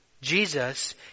Jesus